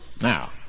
now